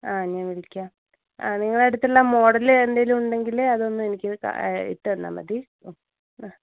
ആ ഞാന് വിളിക്കാം ആ നിങ്ങളുടെ അടുത്തുള്ള മോഡല് എന്തേലും ഉണ്ടെങ്കിൽ അതൊന്ന് എനിക്ക് ഇട്ട് തന്നാൽ മതി ഓ ആ